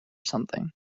something